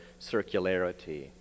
circularity